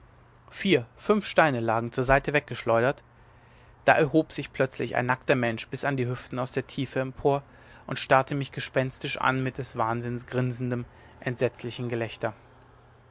vier fünf steine lagen zur seite weggeschleudert da erhob sich plötzlich ein nackter mensch bis an die hüften aus der tiefe empor und starrte mich gespenstisch an mit des wahnsinns grinsendem entsetzlichem gelächter